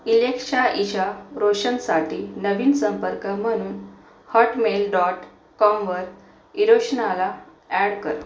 Alexa इशा रोशनसाठी नवीन संपर्क म्हणून हॉटमेल डॉट कॉमवर इरोशनाला ॲड कर